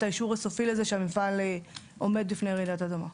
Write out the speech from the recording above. האישור הסופי לזה שהמפעל עומד בפני רעידת אדמה.